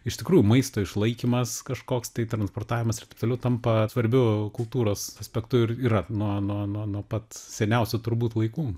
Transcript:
iš tikrųjų maisto išlaikymas kažkoks tai transportavimas ir taip toliau tampa svarbiu kultūros aspektu ir yra nuo nuo nuo nuo pat seniausių turbūt laikų